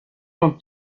con